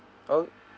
oh